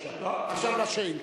עכשיו, לשאילתא.